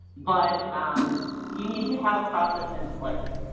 but um you need to have a process in place.